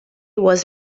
was